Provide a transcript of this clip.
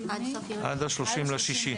הוראת השעה